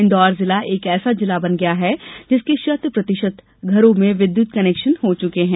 इंदौर जिला ऐसा जिला हो गया हैं जिसके शत प्रतिशत घरों में विद्युत कनेक्शन हो चुके हैं